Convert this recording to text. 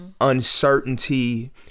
uncertainty